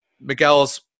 Miguel's